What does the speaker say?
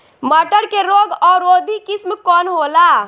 मटर के रोग अवरोधी किस्म कौन होला?